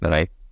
Right